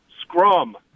scrum